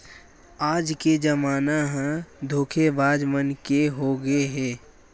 आज के जमाना ह धोखेबाज मन के होगे हे